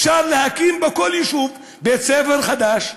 אפשר להקים בכל יישוב בית-ספר חדש,